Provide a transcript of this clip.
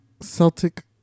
Celtic